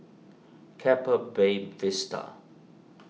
Keppel Bay Vista